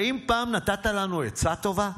האם פעם נתת לנו עצה טובה?